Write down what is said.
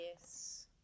Yes